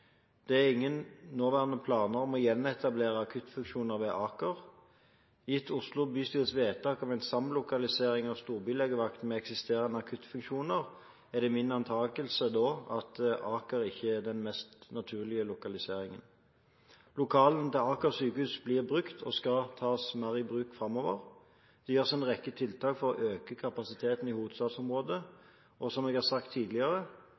Det er ingen nåværende planer om å gjenetablere akuttfunksjoner ved Aker. Gitt Oslo bystyres vedtak om en samlokalisering av storbylegevakten med eksisterende akuttfunksjoner, er det min antakelse at Aker ikke er den mest naturlige lokaliseringen. Lokalene til Aker sykehus blir brukt og skal tas mer i bruk framover. Det gjøres en rekke tiltak for å øke kapasiteten i hovedstadsområdet, og som jeg har sagt tidligere: